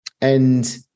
And-